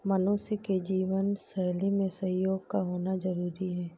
मनुष्य की जीवन शैली में सहयोग का होना जरुरी है